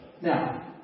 Now